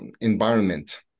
environment